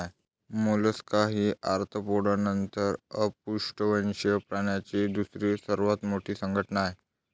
Mollusca ही Arthropoda नंतर अपृष्ठवंशीय प्राण्यांची दुसरी सर्वात मोठी संघटना आहे